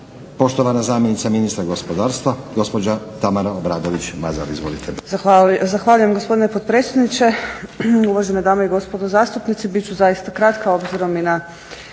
Poštovana zamjenica ministra gospodarstva gospođa Tamara Obradović Mazal, izvolite.